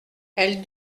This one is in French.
elles